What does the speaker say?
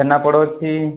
ଛେନାପୋଡ଼ ଅଛି